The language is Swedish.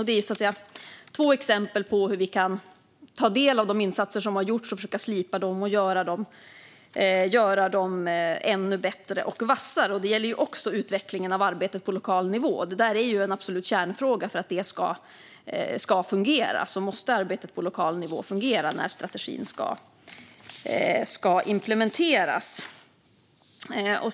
Detta är två exempel på hur vi kan ta del av de insatser som har gjorts och försöka slipa dem och göra dem ännu bättre och vassare. Det gäller också utvecklingen av arbetet på lokal nivå. Det är en absolut kärnfråga för att det ska fungera. Arbetet på lokal nivå måste fungera när strategin ska implementeras.